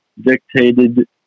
dictated